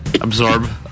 Absorb